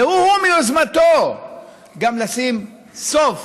ושהוא-הוא, ביוזמתו גם ישים סוף